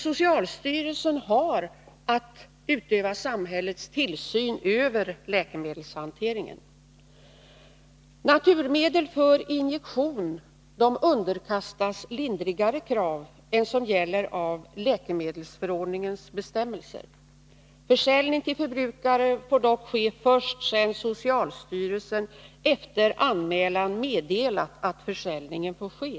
Socialstyrelsen har att utöva samhällets tillsyn över läkemedelshanteringen. Naturmedel för injektion underkastas lindrigare krav än som följer av läkemedelsförordningens bestämmelser. Försäljning till förbrukare får dock ske först sedan socialstyrelsen efter anmälan meddelat att försäljningen får ske.